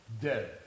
Dead